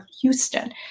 houston